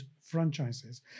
franchises